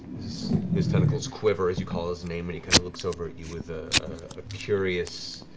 his tentacles quiver as you call his name and he kind of looks over at you with a curious,